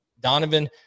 Donovan